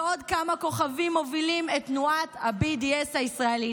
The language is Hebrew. ועוד כמה כוכבים מובילים את תנועת ה-BDS הישראלית.